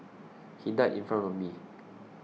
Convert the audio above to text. he died in front of me